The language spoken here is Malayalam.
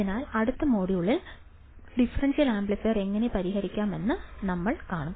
അതിനാൽ അടുത്ത മൊഡ്യൂളിൽ ഡിഫറൻഷ്യൽ ആംപ്ലിഫയർ എങ്ങനെ പരിഹരിക്കാമെന്ന് ഞങ്ങൾ കാണും